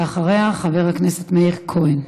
אחריה, חבר הכנסת מאיר כהן.